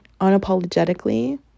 unapologetically